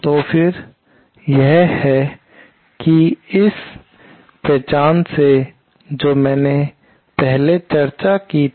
तो फिर यह है कि इस पहचान से जो मैंने पहले चर्चा की थी